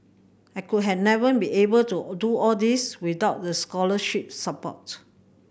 I could have never been able to do all these without the scholarship support